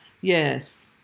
Yes